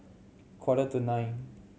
quarter to nine